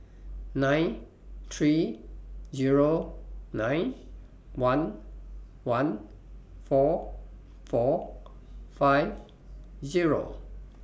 nine three Zero nine one one four four five Zero